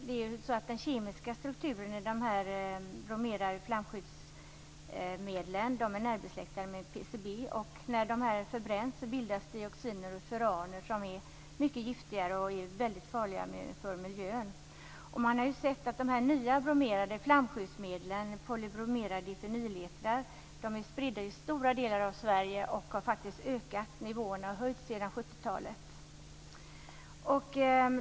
Men den kemiska strukturen i de bromerade flamskyddsmedlen är närbesläktad med PCB. När de förbränns bildas dioxiner och furaner som är mycket giftiga och mycket farliga för miljön. Man har sett att de nya bromerade flamskyddsmedlen, polybromerade difenyletrar, är spridda i stora delar av Sverige. Nivåerna har höjts sedan 70-talet.